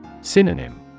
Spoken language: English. Synonym